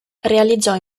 realizzò